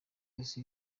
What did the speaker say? yose